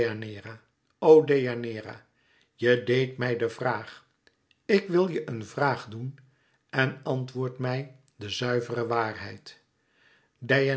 je deedt mij de vraag ik wil je een vraag doen en àntwoord mij de zuivere waarheid